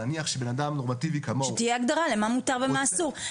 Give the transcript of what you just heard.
נניח שאדם נורמטיבי --- שתהיה הגדרה מה מותר ומה אסור.